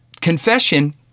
confession